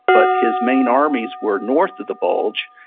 but his main armies were north of the bulge,